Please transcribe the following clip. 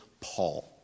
Paul